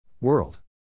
world